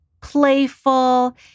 playful